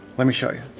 lemme show ya.